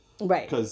Right